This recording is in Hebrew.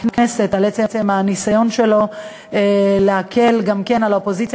הכנסת על עצם הניסיון שלו להקל גם כן על האופוזיציה,